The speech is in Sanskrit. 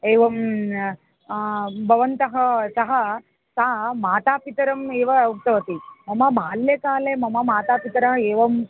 एवं भवन्तः सः सा मातापितरम् एव उक्तवती मम बाल्यकाले मम मातापितरौ एवं